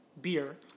beer